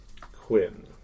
Quinn